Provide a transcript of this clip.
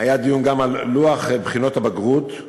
היה דיון גם על לוח בחינות הבגרות, ד.